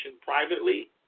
privately